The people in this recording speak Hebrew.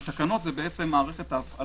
כי תקנות זו מערכת ההפעלה.